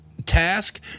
task